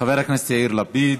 חבר הכנסת יאיר לפיד.